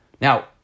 Now